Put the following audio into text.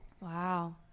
Wow